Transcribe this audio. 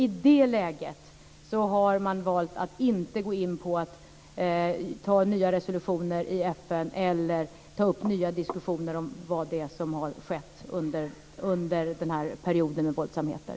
I det läget har man valt att inte gå in på att anta nya resolutioner i FN eller ta upp nya diskussioner om vad det är som har skett under denna period av våldsamheter.